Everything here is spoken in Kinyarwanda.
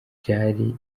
byari